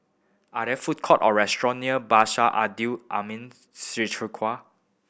are there food courts or restaurant near Abdul Aleem Siddique